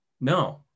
No